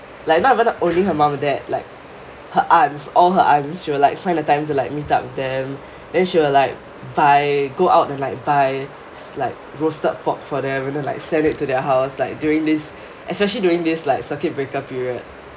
like not even only her mum and dad like her aunts all her aunts she will like find a time to like meet up with them then she will like buy go out and like buy is like roasted pork for them and then like send it to their house like during this especially during this like circuit breaker period